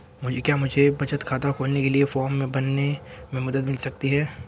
क्या मुझे बचत खाता खोलने के लिए फॉर्म भरने में मदद मिल सकती है?